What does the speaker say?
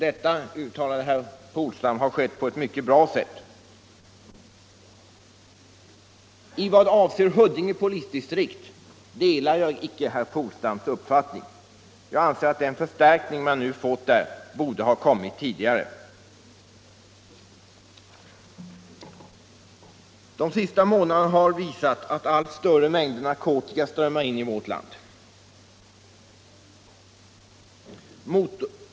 Detta, uttalade herr Polstam, har fungerat på ett mycket bra sätt. I vad avser Huddinge polisdistrikt delar jag icke herr Polstams uppfattning. Jag anser att den förstärkning som man nu har fått där borde ha kommit tidigare. De senaste månaderna har visat att allt större mängder narkotika strömmar in i vårt land.